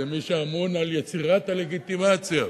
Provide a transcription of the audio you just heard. זה מי שאמון על יצירת הדה-לגיטימציה.